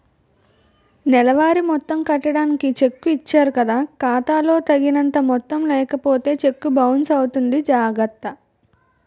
నెలవారీ మొత్తం కట్టడానికి చెక్కు ఇచ్చారు కదా ఖాతా లో తగినంత మొత్తం లేకపోతే చెక్కు బౌన్సు అవుతుంది జాగర్త